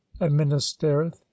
administereth